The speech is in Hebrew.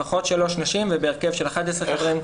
לפחות שלוש נשים ובהרכב של 11 חברים,